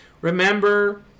Remember